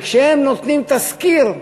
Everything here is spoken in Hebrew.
שכשהם נותנים תסקיר,